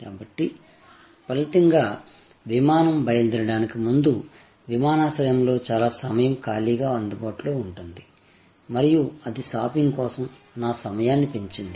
కాబట్టి ఫలితంగా విమానం బయలుదేరడానికి ముందు విమానాశ్రయంలో చాలా సమయం కాళిగా అందుబాటులో ఉంది మరియు అది షాపింగ్ కోసం నా సమయాన్ని పెంచింది